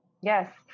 Yes